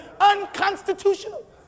Unconstitutional